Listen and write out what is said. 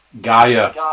Gaia